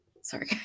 Sorry